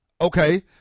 Okay